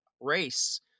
race